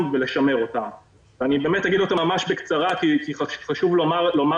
ולשמר אותם ואני אגיד אותם בקצרה כי חשוב לומר